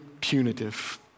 punitive